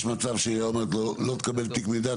יש מצב שהעירייה אומרת לו לא תקבל תיק מידע,